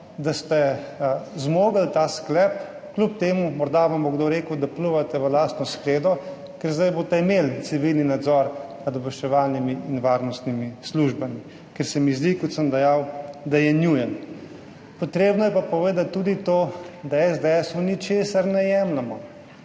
da ste zmogli ta sklep, kljub temu da vam bo morda kdo rekel, da pljuvate v lastno skledo. Ker zdaj boste imeli civilni nadzor nad obveščevalnimi in varnostnimi službami, ki se mi zdi, kot sem dejal, nujen. Potrebno je pa povedati tudi to, da SDS ničesar ne jemljemo.